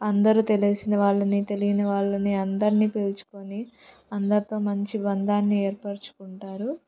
అందరూ తెలిసిన వాళ్ళని తెలియని వాళ్ళని అందరిని పిలుచుకొని అందరితో మంచి బంధాన్ని ఏర్పరచుకుంటారు